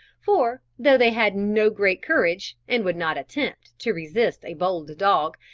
for, though they had no great courage, and would not attempt to resist a bold dog,